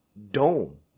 Dome